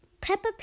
Peppa